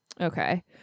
Okay